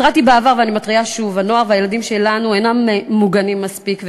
התרעתי בעבר ואני מתריעה שוב: הנוער והילדים שלנו אינם מוגנים מספיק,